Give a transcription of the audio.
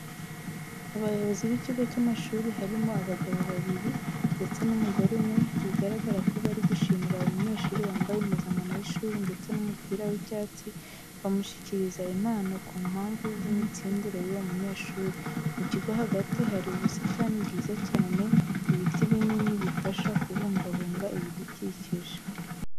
Abayobozi b'ikigo cy'amashuri harimo abagabo babiri ndetse n'umugore umwe, bigaragara ko bari gushimira umunyeshuri wambaye impuzankano y'ishuri ndetse n'umupira w'icyatsi, bamushyikiriza impano ku mpamvu z'imitsindire y'uwo munyeshuri, mu kigo hagati hari ubusitani bwiza cyane, ibiti binini bifasha kubungabunga ibidukikije.